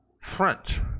front